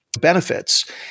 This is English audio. benefits